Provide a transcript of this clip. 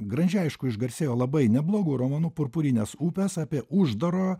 granžė aišku išgarsėjo labai neblogu romanu purpurinės upės apie uždaro